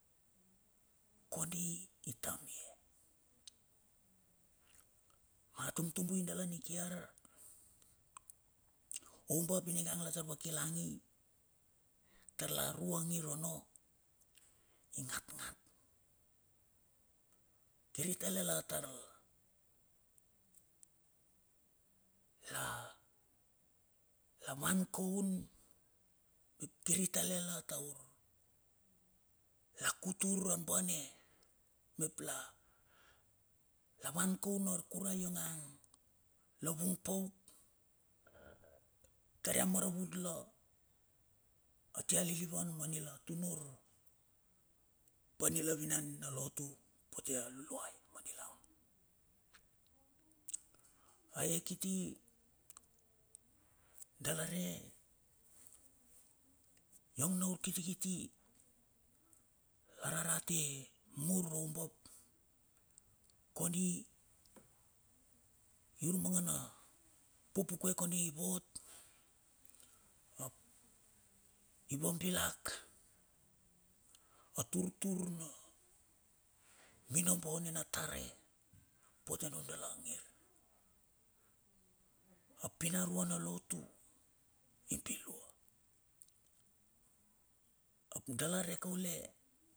Kondi itamie a tumtubu dala nikiar oumbap ningans la tar vakilang tar la ru angir onno ingatngat kiri tale la tar la van kaun, kir i tale la tar la kutur arbane mep la van kaun na arkurai ionga la vung pauk tar ia maravet la atia lilivan manlila tunur ap anila vinan na lotu kine pa nila vinan nina lotu pote a luluai ma nilaun a he kiti dala re yong na urkiti ararate mur qumbap kondi urmangana pupupuke kondi vot ap ivabilak aturtur na minobo nina tare pote nun dala ngir a pinarua na lotu ibiua dala re kaule.